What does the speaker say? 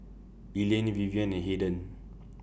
Elaine Vivienne and Hayden